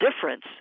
difference